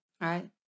Right